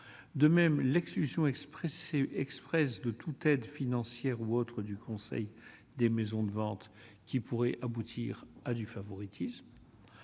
de même l'expulsion Express et Express de toute aide financière ou autre du Conseil des maisons de vente qui pourrait aboutir à du favoritisme.